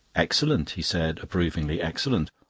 excellent, he said approvingly, excellent.